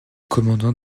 commandant